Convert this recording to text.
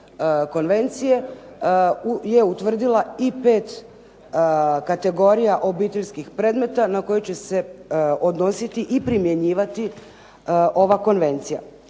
konvencije je utvrdila i pet kategorija obiteljskih predmeta na koje će se odnositi i primjenjivati ova konvencija.